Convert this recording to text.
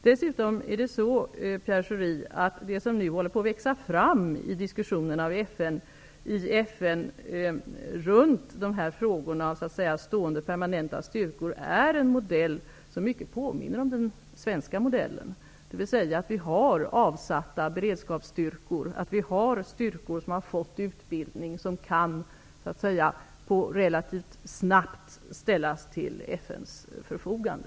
Det är dessutom så, Pierre Schori, att det som nu håller på att växa fram i diskussionen i FN om stående permanenta styrkor är en modell som mycket påminner om den svenska modellen, dvs. att vi har avsatt beredskapsstyrkor. Vi har styrkor som har fått utbildning och som relativt snabbt kan ställas till FN:s förfogande.